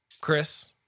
Chris